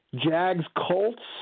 Jags-Colts